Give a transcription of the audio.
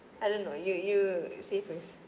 I don't know you you say first